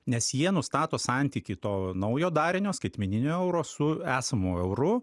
nes jie nustato santykį to naujo darinio skaitmeninio euro su esamu euru